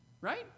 Right